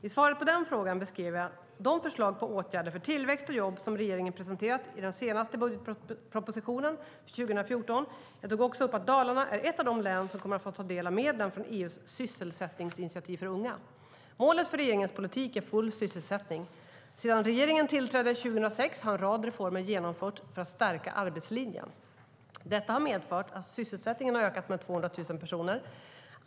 I svaret på den frågan beskrev jag de förslag till åtgärder för tillväxt och jobb som regeringen presenterat i budgetpropositionen för 2014. Jag tog också upp att Dalarna är ett av de län som kommer att få ta del av medlen från EU:s sysselsättningsinitiativ för unga. Målet för regeringens politik är full sysselsättning. Sedan regeringen tillträdde 2006 har en rad reformer genomförts för att stärka arbetslinjen. Detta har medfört att sysselsättningen har ökat med 200 000 personer.